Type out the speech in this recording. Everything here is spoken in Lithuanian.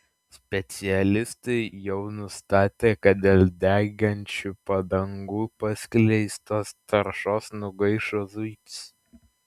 specialistai jau nustatė kad dėl degančių padangų paskleistos taršos nugaišo zuikis